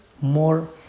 more